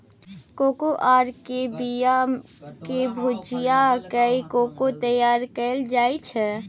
cocoa केर बिया केँ भूजि कय कोको तैयार कएल जाइ छै